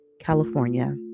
California